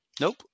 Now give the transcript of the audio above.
Nope